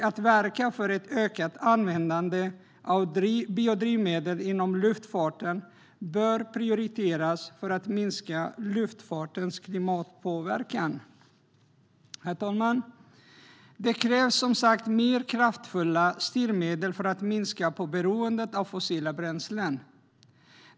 Att verka för ett ökat användande av biodrivmedel inom luftfarten bör prioriteras för att minska luftfartens klimatpåverkan. Herr talman! Det krävs, som sagt, mer kraftfulla styrmedel för att minska beroendet av fossila bränslen.